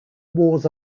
wars